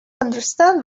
understand